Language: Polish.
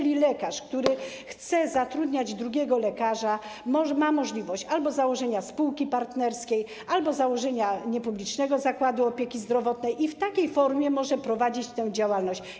Lekarz, który chce zatrudniać drugiego lekarza, ma możliwość albo założenia spółki partnerskiej, albo założenia niepublicznego zakładu opieki zdrowotnej i w takiej formie może prowadzić tę działalność.